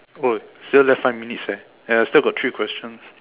!oi! still left five minutes leh and still got three questions